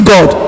God